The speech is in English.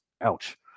Ouch